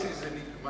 ב-08:30 זה נגמר.